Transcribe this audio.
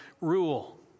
rule